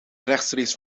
rechtstreeks